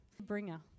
bringer